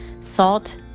salt